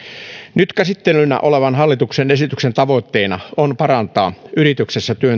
nyt käsittelyssä olevan hallituksen esityksen tavoitteena on parantaa yrityksessä